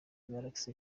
galaxy